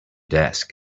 desk